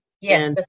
yes